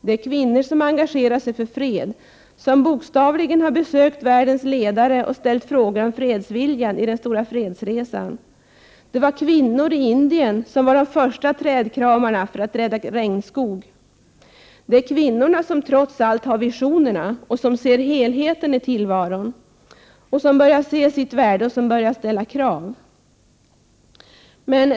Det är kvinnor som engagerar sig för fred, som bokstavligen har besökt världens ledare och ställt frågor om fredsviljan i Den stora fredsresan. Det var kvinnor i Indien som var de första trädkramarna. Det gällde då att rädda regnskog. Det är kvinnorna som trots allt har visionerna, som ser helheten i tillvaron och som börjar se sitt värde och börjar ställa krav.